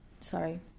sorry